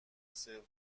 سوم